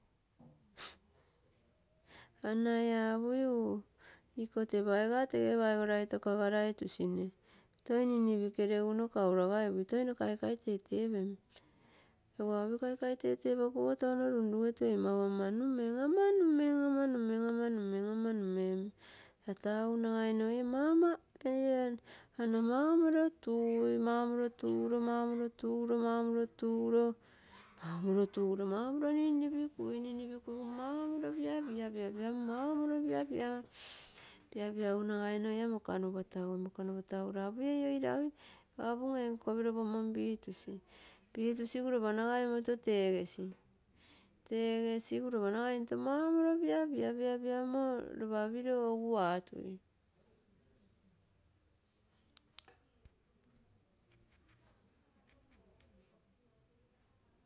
Anai apui uu, iko tee paiga tege paigoraito kagaraitusina toi ninnipikeregu nno kauragaipuii toi nno kaikai tetepem. Egu apai kaikai tatepokuogo tou runrugetu ei mau ama numem, amam numem, ama numen, ama numem ama numem. Tata egu nagaimo eie mama, ana mau moliro toi, mau moliro tui mau moliro tui, mau moliro turo, mau moliro turo. Mau moliro turo, mau moliro ninnipikui, ninnipikui, ninnipikuigu mau moliro piapia piapiamo, mau moliro piapia, piapiagu nagaimo ia mokanu patagui, pataguro apui ei oiiraui, apum ei niio kopiro pomom pitusi, pitusigu copa nagai imoto tegesi. Tegesi gu lopa nagai imoto piapia mau molin piapia piapia mo lopa piro egu atui.